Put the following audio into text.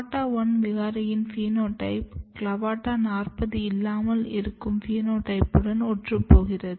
CLAVATA 1 விகாரியின் phenotype CLAVATA 40 இல்லாமல் இருக்கும் பினோடைப்புடன் ஒற்று போகிறது